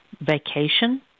vacation